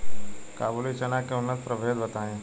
काबुली चना के उन्नत प्रभेद बताई?